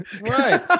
Right